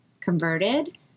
Converted